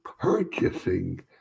purchasing